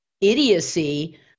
idiocy